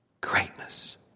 greatness